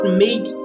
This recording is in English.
made